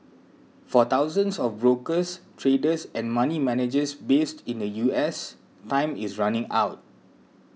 for thousands of brokers traders and money managers based in the US time is running out